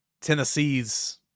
Tennessee's